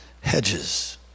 Hedges